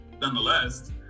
nonetheless